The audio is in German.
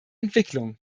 entwicklung